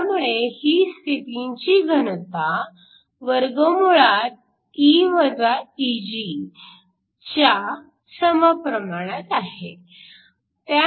त्यामुळे ही स्थितींची घनता E Eg च्या समप्रमाणात आहे